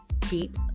keep